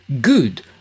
good